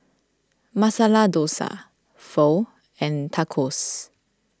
Masala Dosa Pho and Tacos